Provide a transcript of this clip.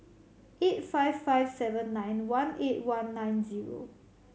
eight five five seven nine one eight one nine zero